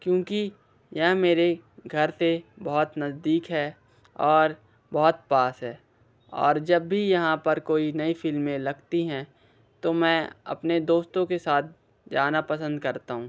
क्योंकि यह मेरे घर से बहुत नज़दीक है और बहुत पास है और जब भी यहाँ पर कोई नई फिल्में लगती हैं तो मैं अपने दोस्तों के साथ जाना पसंद करता हूँ